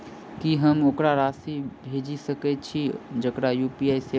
की हम ओकरा राशि भेजि सकै छी जकरा यु.पी.आई सेवा नै छै?